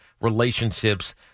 relationships